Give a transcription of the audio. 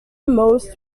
most